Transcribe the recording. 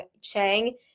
Chang